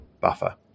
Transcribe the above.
buffer